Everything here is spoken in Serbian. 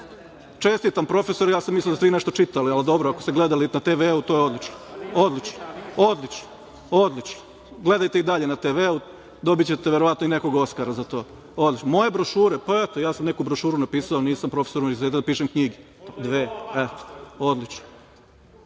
TV.)Čestitam, profesore. Ja sam mislio da ste vi nešto čitali, ali dobro, ako ste gledali na TV, to je odlično. Odlično. Odlično. Gledajte i dalje na TV. Dobićete verovatno i nekog Oskara za to. Moje brošure? Pa eto ja sam neku brošuru napisao. Nisam profesor univerziteta da pišem knjige. Dve. Odlično.23/1